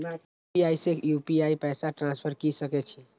UPI से UPI पैसा transfer की सके छी?